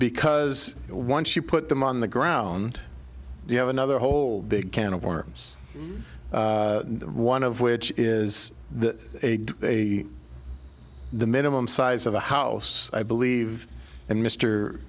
because once you put them on the ground you have another whole big can of worms one of which is that they the minimum size of a house i believe and mr